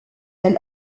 elle